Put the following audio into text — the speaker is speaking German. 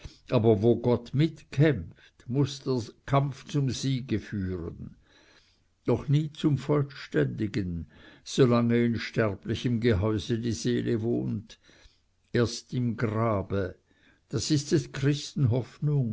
aber wo gott mitkämpft muß der kampf zum siege führen doch nie zum vollständigen solange in sterblichem gehäuse die seele wohnt erst im grabe das ist des